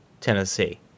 Tennessee